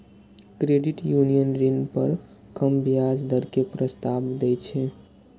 credit union ऋण पर कम ब्याज दर के प्रस्ताव दै छै